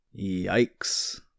Yikes